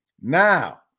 Now